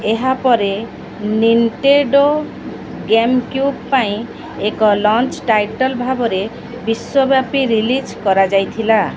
ଏହା ପରେ Nintendo GameCube ପାଇଁ ଏକ ଲଞ୍ଚ ଟାଇଟଲ୍ ଭାବରେ ବିଶ୍ୱବ୍ୟାପୀ ରିଲିଜ୍ କରାଯାଇଥିଲା